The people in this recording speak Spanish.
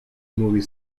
movie